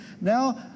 Now